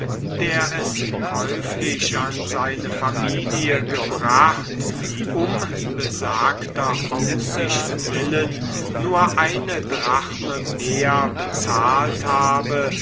der es käuflich an seine familie gebracht um besagter aussicht willen nur eine drachme mehr bezahlt habe